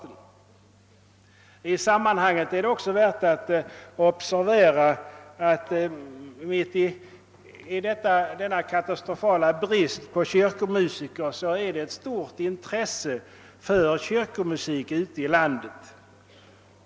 Det är i sammanhanget också värt att observera att det trots den katastrofala brist på kyrkomusiker som råder finns ett stort intresse för kyrkomusik ute i landet.